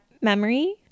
memory